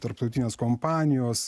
tarptautinės kompanijos